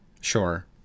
Sure